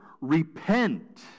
Repent